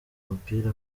mupira